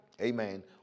Amen